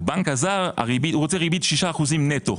הבנק הזר רוצה ריבית 6% נטו.